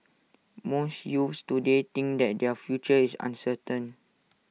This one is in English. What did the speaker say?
most youths today think that their future is uncertain